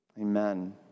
Amen